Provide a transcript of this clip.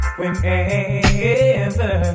whenever